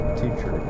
teacher